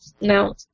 No